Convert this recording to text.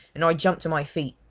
and i jumped to my feet.